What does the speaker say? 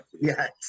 Yes